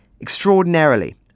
Extraordinarily